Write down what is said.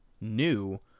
new